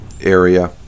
area